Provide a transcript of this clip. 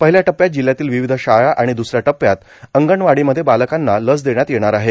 पहिल्या टप्प्यात जिल्ह्यातील विविध शाळा आणि द्सऱ्या टप्प्यात अंगणवाडीमध्ये बालकांना लस देण्यात येणार आहे